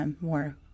more